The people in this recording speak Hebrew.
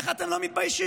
איך אתם לא מתביישים?